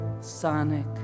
Sonic